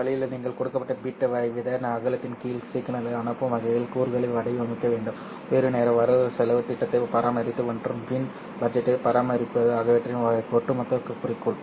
இந்த வழியில் நீங்கள் கொடுக்கப்பட்ட பிட் வீத அகலத்தின் கீழ் சிக்னல்களை அனுப்பும் வகையில் கூறுகளை வடிவமைக்க வேண்டும் உயர்வு நேர வரவு செலவுத் திட்டத்தை பராமரிப்பது மற்றும் மின் பட்ஜெட்டை பராமரிப்பது ஆகியவற்றின் ஒட்டுமொத்த குறிக்கோள்